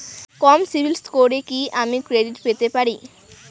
কম CIBIL স্কোরে কি আমি ক্রেডিট পেতে পারি?